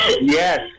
Yes